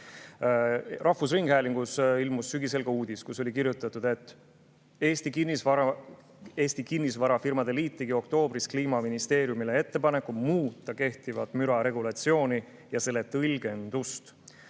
Rahvusringhäälingus ilmus sügisel ka uudis, kus oli kirjutatud, et Eesti Kinnisvarafirmade Liit tegi oktoobris Kliimaministeeriumile ettepaneku muuta kehtivat müraregulatsiooni ja selle tõlgendust.